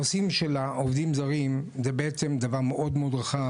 הנושאים של העובדים הזרים הם בעצם דבר מאוד רחב,